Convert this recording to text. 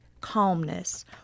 calmness